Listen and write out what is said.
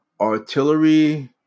Artillery